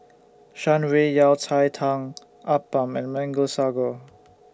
Shan Rui Yao Cai Tang Appam and Mango Sago